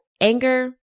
anger